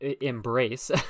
embrace